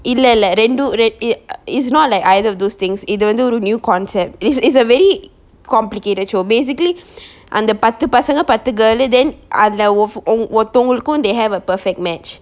இல்ல ரெண்டும்:illa rendum err it it's not like either of those things இது வந்து ஒரு:ithu vanthu oru new concept it's it's a very complicated show basically அந்த பத்து பசங்க பத்து:antha pathu pasanga pathu girl லு:lu then அதுல ஒத்தவங்களுக்கும்:athula othavangalukkum they have a perfect match